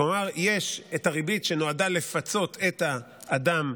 כלומר, יש ריבית, שנועדה לפצות את האדם,